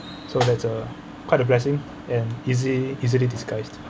so that's a quite a blessing and easy easily disguised